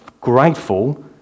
grateful